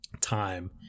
time